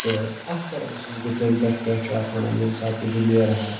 تہٕ اَکثر اوسُس بہٕ تَمہِ پٮ۪ٹھ کیٛاہ چھِ اتھ وَنان ییٚمہِ ساتہٕ تہِ بہٕ نیرٕہا